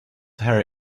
harry